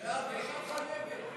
כהצעת הוועדה,